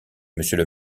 monsieur